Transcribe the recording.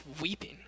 weeping